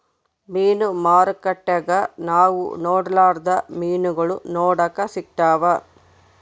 ಮೀನು ಮಾರುಕಟ್ಟೆಗ ನಾವು ನೊಡರ್ಲಾದ ಮೀನುಗಳು ನೋಡಕ ಸಿಕ್ತವಾ